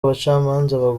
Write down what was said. abacamanza